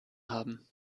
haben